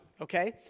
okay